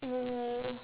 mm